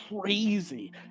crazy